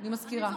אני מזכירה.